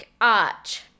arch